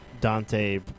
Dante